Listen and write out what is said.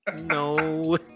No